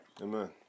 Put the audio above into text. Amen